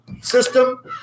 system